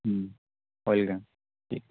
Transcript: হুম well done ঠিক